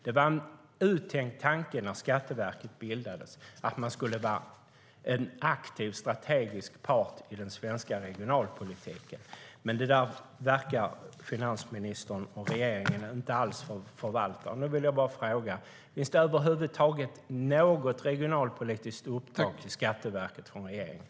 Det var när Skatteverket bildades en uttänkt tanke att det skulle vara en aktiv, strategisk part i den svenska regionalpolitiken. Det verkar dock finansministern och regeringen inte alls förvalta. Nu vill jag bara fråga: Finns det över huvud taget något regionalpolitiskt uppdrag till Skatteverket från regeringen?